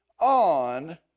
on